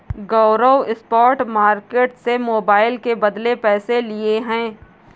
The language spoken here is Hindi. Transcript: गौरव स्पॉट मार्केट से मोबाइल के बदले पैसे लिए हैं